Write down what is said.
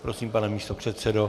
Prosím, pane místopředsedo.